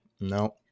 No